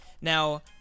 Now